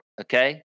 okay